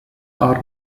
are